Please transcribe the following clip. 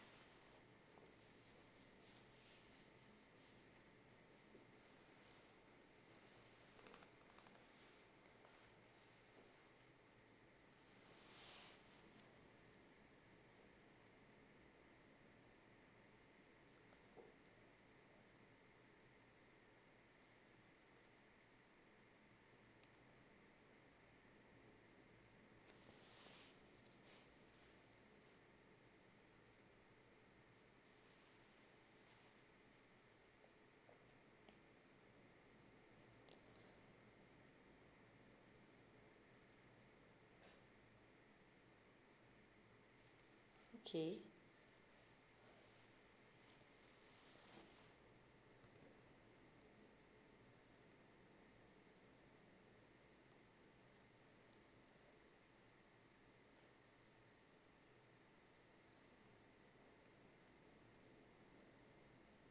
okay